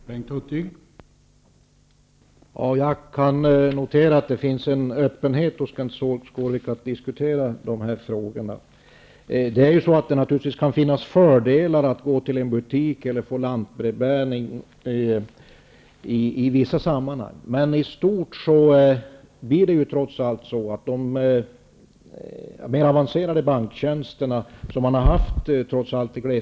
Herr talman! Jag kan notera att det finns en öppenhet hos Kenth Skårvik att diskutera dessa frågor. Det kan naturligtvis finnas fördelar med att gå till en butik eller att få lantbrevbäring. Men i stort blir det trots allt så att de avancerade banktjänsterna som man har kunnat utföra i glesbygd försvinner.